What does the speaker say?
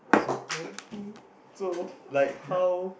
so so like how